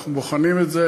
אנחנו בוחנים את זה,